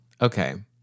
Okay